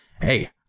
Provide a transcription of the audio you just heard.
Hey